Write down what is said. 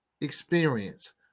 experience